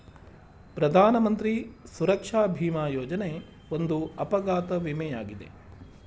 ಪ್ರಧಾನಮಂತ್ರಿ ಸುರಕ್ಷಾ ಭಿಮಾ ಯೋಜನೆ ಒಂದು ಅಪಘಾತ ವಿಮೆ ಯಾಗಿದೆ